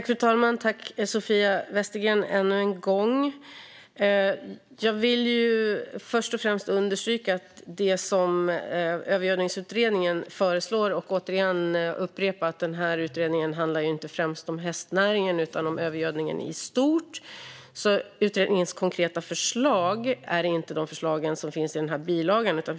Fru talman! Tack ännu en gång, Sofia Westergren! Jag vill först och främst understryka det som Övergödningsutredningen föreslår. Jag vill återigen upprepa att utredningen inte handlar främst om hästnäringen utan om övergödningen i stort. Utredningens konkreta förslag är inte de förslag som finns i bilagan.